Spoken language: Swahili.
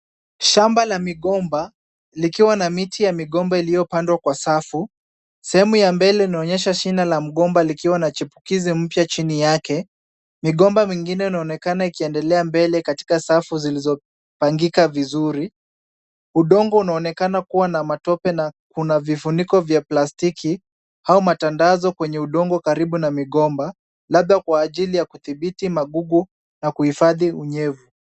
Shamba la migomba likiwa na miti ya migomba iliyopandwa kwa safu. Sehemu ya mbele inaonyesha shina la mgomba likiwa na chipukizi mpya chini yake. Migomba mingine inaonekana ikiendelea mbele katika safu zilizopangika vizuri. Udongo unaonekana kuwa na matope na kuna vifuniko vya plastiki au matandazo kwenye udongo karibu na migomba labda kwa ajili ya kuthibiti magugu na kuhifadhi unyevu.